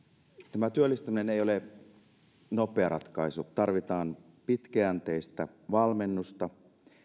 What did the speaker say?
tämä työllistäminen ei ole nopea ratkaisu tarvitaan pitkäjänteistä valmennusta